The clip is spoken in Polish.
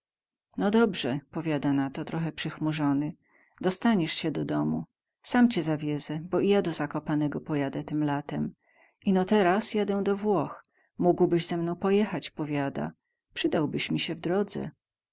no dobrze powiada na to trochę przychmurzony dostanies sie du domu sam cie zawiezę bo i ja do zakopanego pojadę tym latem ino teraz jadę do włoch mógłbyś ze mną pojechać powiada przydałbyś mi sie w drodze